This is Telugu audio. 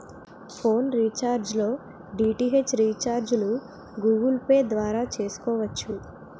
ఫోన్ రీఛార్జ్ లో డి.టి.హెచ్ రీఛార్జిలు గూగుల్ పే ద్వారా చేసుకోవచ్చు